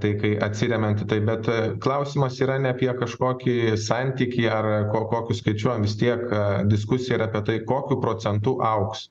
tai kai atsiremiant į tai bet klausimas yra ne apie kažkokį santykį ar ko kokius skaičiuojam vis tiek diskusija yra apie tai kokiu procentu augs